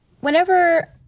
Whenever